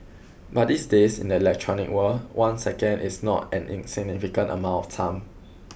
but these days in the electronic world one second is not an insignificant amount of time